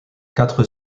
quatre